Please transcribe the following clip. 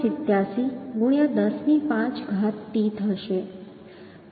87 ગુણ્યા 10 ની 5 ઘાત t થશે